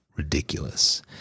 ridiculous